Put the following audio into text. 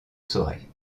saurait